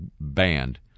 band